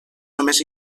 només